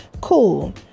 Cool